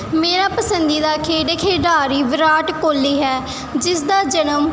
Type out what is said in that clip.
ਮੇਰਾ ਪਸੰਦੀਦਾ ਖੇਡ ਖਿਡਾਰੀ ਵਿਰਾਟ ਕੋਹਲੀ ਹੈ ਜਿਸ ਦਾ ਜਨਮ